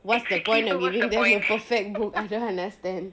what's the point of giving them perfect book I dont understand